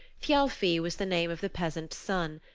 thialfi was the name of the peasant's son.